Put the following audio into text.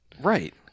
Right